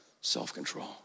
self-control